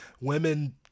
women